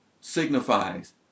signifies